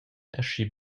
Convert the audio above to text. aschi